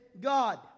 God